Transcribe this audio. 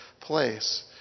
place